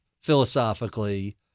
philosophically